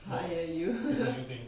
fire you